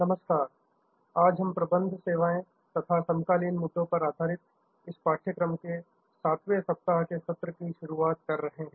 नमस्कार आज हम प्रबंध सेवाएँ तथा समकालीन मुद्दों पर आधारित इस पाठ्यक्रम के सातवें सप्ताह के सत्र की शुरुआत कर रहे हैं